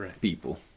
people